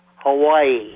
Hawaii